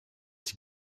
die